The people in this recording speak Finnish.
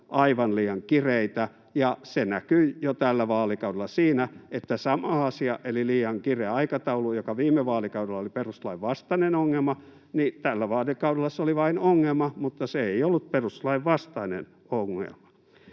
aivan liian kireitä, ja se näkyy jo tällä vaalikaudella siinä, että sama asia eli liian kireä aikataulu, joka viime vaalikaudella oli perustuslain vastainen ongelma, tällä vaalikaudella oli vain ongelma mutta se ei ollut perustuslain vastainen ongelma.